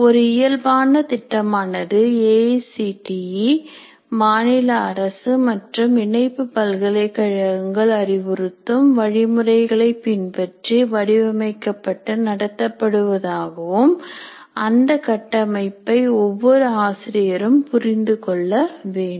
ஒரு இயல்பான திட்டமானது ஏ ஐசிடி மாநில அரசு மற்றும் இணைப்பு பல்கலைக்கழகங்கள் அறிவுறுத்தும் வழிமுறைகளை பின்பற்றி வடிவமைக்கப்பட்டு நடத்தப்படுவதாகவும் அந்த கட்டமைப்பை ஒவ்வொரு ஆசிரியரும் புரிந்து கொள்ள வேண்டும்